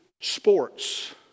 sports